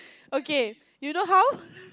okay you know how